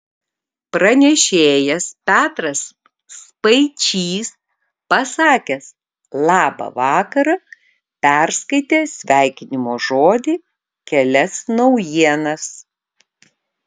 pranešėjas petras spaičys pasakęs labą vakarą perskaitė sveikinimo žodį kelias naujienas